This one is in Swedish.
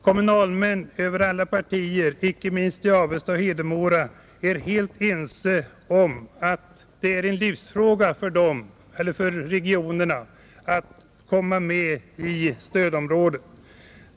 Kommunalmän från alla partier, icke minst i Avesta och Hedemora, är helt ense om att det är en livsfråga för regionerna att komma med i stödområdet.